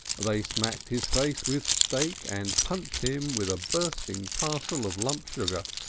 they smacked his face with steak and punched him with a bursting parcel of lump sugar,